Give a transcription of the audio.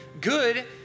good